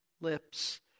lips